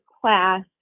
class